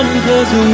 Cause